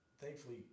thankfully